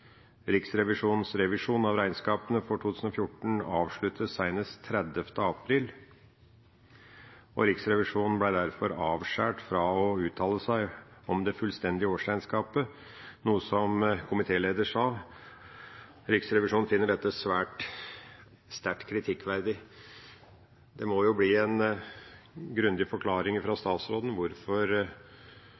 Riksrevisjonens revisjon av regnskapene for 2014 avsluttes senest 30. april, og Riksrevisjonen ble derfor avskåret fra å uttale seg om det fullstendige årsregnskapet, som komitélederen sa. Riksrevisjonen finner dette «sterkt kritikkverdig». Det må jo bli en grundig forklaring fra statsråden på hvorfor